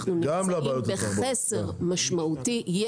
אנחנו נמצאים בחסר משמעותי.